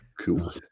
Cool